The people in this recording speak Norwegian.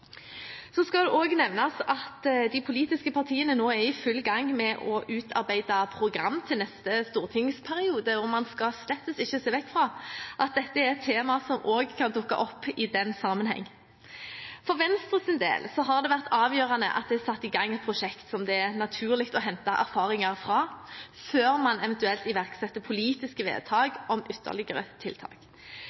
Så skal det også nevnes at de politiske partiene nå er i full gang med å utarbeide program for neste stortingsperiode. Man skal slett ikke se bort fra at dette er et tema som også kan dukke opp i den sammenheng. For Venstres del har det vært avgjørende at det er satt i gang et prosjekt som det er naturlig å hente erfaringer fra, før man eventuelt iverksetter politiske vedtak om ytterligere tiltak.